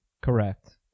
Correct